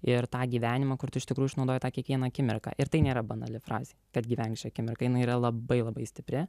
ir tą gyvenimą kur tu iš tikrųjų išnaudoji tą kiekvieną akimirką ir tai nėra banali frazė kad gyvenk šia akimirka jinai yra labai labai stipri